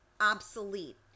obsolete